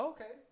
Okay